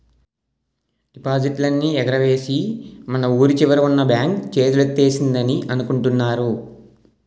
డిపాజిట్లన్నీ ఎగవేసి మన వూరి చివరన ఉన్న బాంక్ చేతులెత్తేసిందని అనుకుంటున్నారు